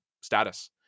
status